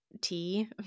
tea